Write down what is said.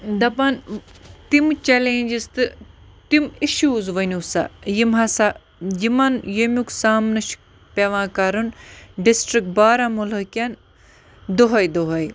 دَپان تِمہٕ چَلینٛجٕس تہٕ تِم اِشوٗز ؤنِو سا یِم ہَسا یِمَن ییٚمیُک سامنہٕ چھِ پٮ۪وان کَرُن ڈِسٹِرٛک بارہمولہ کٮ۪ن دۄہَے دۄہَے